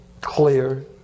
clear